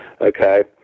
okay